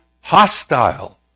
hostile